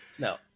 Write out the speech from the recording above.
No